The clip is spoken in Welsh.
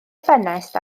ffenest